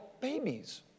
babies